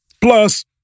Plus